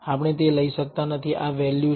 આપણે તે લઈ શકતા નથી કે આ વેલ્યુ છે